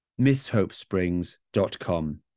misshopesprings.com